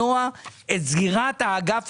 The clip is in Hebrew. עומד להיסגר?